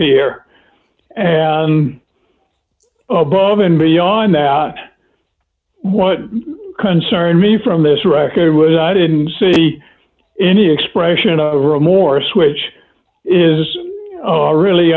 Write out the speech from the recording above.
here and above and beyond that what concerned me from this record was i didn't see any expression of remorse which is a really